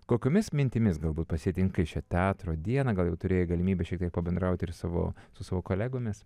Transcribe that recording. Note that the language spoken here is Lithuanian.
kokiomis mintimis galbūt pasitinki šią teatro dieną gal jau turėjai galimybę šiek tiek pabendrauti ir su savo su savo kolegomis